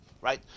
right